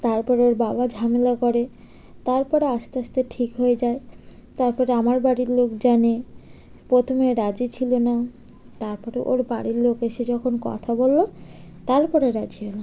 তার পরে ওর বাবা ঝামেলা করে তার পরে আস্তে আস্তে ঠিক হয়ে যায় তার পরে আমার বাড়ির লোক জানে প্রথমে রাজি ছিল না তার পরে ওর বাড়ির লোক এসে যখন কথা বলল তার পরে রাজি হলো